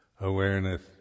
awareness